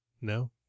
No